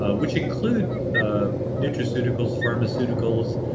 ah which include ah nutraceuticals pharmaceuticals,